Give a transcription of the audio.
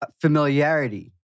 familiarity